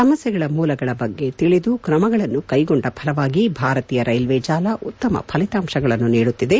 ಸಮಸ್ಯೆಗಳ ಮೂಲಗಳ ಬಗ್ಗೆ ತಿಳಿದು ತ್ರಮಗಳನ್ನು ತೆಗೆದುಕೊಂಡ ಫಲವಾಗಿ ಭಾರತೀಯ ರೈಲ್ವೆ ಜಾಲ ಉತ್ತಮ ಫಲಿತಾಂಶಗಳನ್ನು ನೀಡುತ್ತಿದೆ